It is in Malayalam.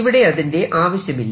ഇവിടെ അതിന്റെ ആവശ്യമില്ല